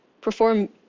perform